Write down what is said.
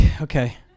Okay